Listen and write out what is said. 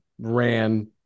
ran